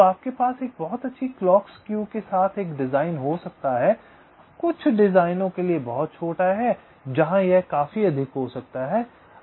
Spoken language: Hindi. तो आपके पास एक बहुत अच्छी क्लॉक स्क्यू के साथ एक डिज़ाइन हो सकता है कुछ डिज़ाइनों के लिए बहुत छोटा है जहां यह काफी अधिक हो सकता है